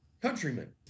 countrymen